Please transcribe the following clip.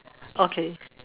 okay